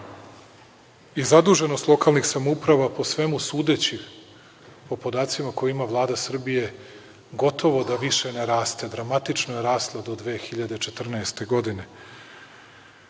nivou. Zaduženost lokalnih samouprava po svemu sudeći, po podacima koje ima Vlada Srbije, gotovo da više ne raste. Dramatično je rasla do 2014. godine.